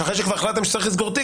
שאחרי שכבר החלטתם שצריך לסגור תיק,